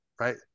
right